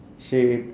safe